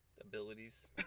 abilities